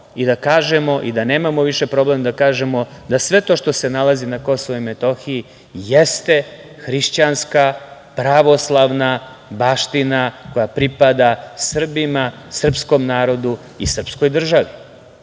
i da kažemo, da nemamo više problem da kažemo da sve to što se nalazi na KiM jeste hrišćanska pravoslavna baština koja pripada Srbima, srpskom narodu i srpskoj državi.Zašto